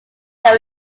there